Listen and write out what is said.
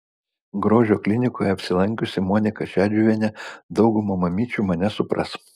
grožio klinikoje apsilankiusi monika šedžiuvienė dauguma mamyčių mane supras